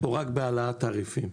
או רק בהעלאת תעריפים?